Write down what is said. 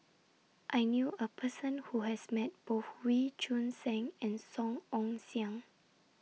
I knew A Person Who has Met Both Wee Choon Seng and Song Ong Siang